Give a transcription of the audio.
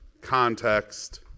context